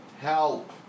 help